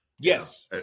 Yes